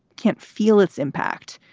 can't feel its impact.